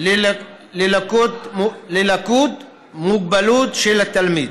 ללקות והמוגבלות של התלמיד.